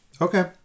Okay